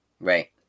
right